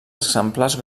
exemplars